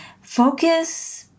focus